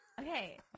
okay